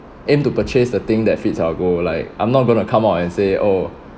aim to purchase the thing that fits our goal like I'm not going to come out and say oh